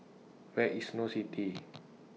Where IS Snow City